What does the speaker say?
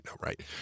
right